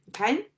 okay